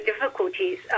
difficulties